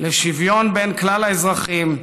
לשוויון בין כלל האזרחים,